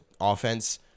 offense